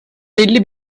belli